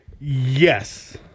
Yes